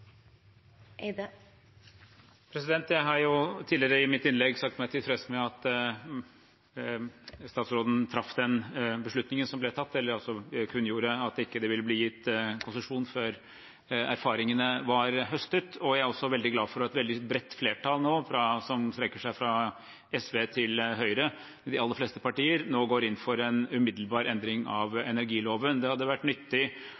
Jeg har tidligere i mitt innlegg sagt meg tilfreds med at statsråden traff den beslutningen som ble tatt – altså kunngjorde at det ikke ville bli gitt konsesjon før erfaringene var høstet. Jeg er også veldig glad for at et bredt flertall, som strekker seg fra SV til Høyre – de aller fleste partier – nå går inn for en umiddelbar endring av energiloven. Det hadde vært nyttig